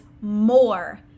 more